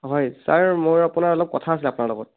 হয় ছাৰ মোৰ আপোনাৰ অলপ কথা আছিলে আপোনাৰ লগত